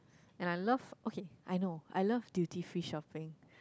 and I love okay I know I love duty free shopping